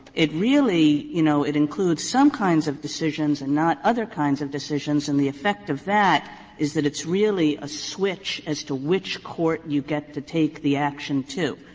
it really, you know, it includes some kinds of decisions and not other kinds of decisions and the effect of that is that it's really a switch as to which court you get to take the action to,